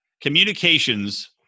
communications